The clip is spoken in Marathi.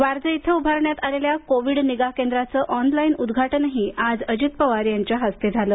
वारजे इथं उभारण्यात आलेल्या कोविड निगा केंद्राचं ऑनलाईन उद्घाटनही आज अजित पवार यांच्या हस्ते झालं